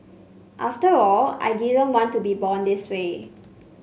after all I didn't want to be born this way